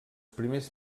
primers